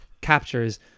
captures